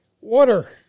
water